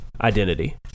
identity